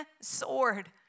sword